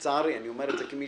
אני אומר את זה כמי